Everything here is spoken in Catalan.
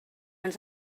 ens